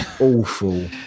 awful